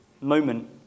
moment